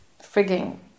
frigging